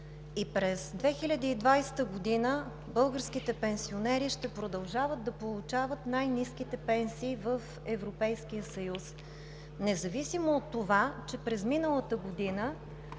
И през 2020 г. българските пенсионери ще продължават да получават най-ниските пенсии в Европейския съюз, независимо от това, че през миналата година